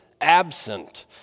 absent